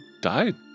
died